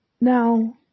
Now